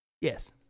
Yes